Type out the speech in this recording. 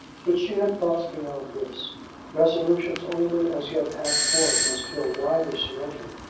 but she had thoughts beyond this resolutions only as yet half-formed as to a wider surrender.